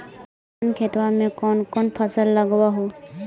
अपन खेतबा मे कौन कौन फसल लगबा हू?